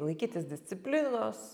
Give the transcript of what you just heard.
laikytis disciplinos